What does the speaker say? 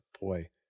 boy